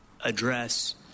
address